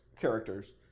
Characters